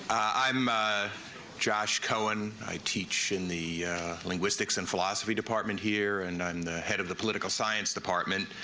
i'm ah josh cohen. i teach in the linguistics and philosophy department here. and i'm the head of the political science department.